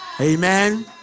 Amen